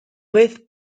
vez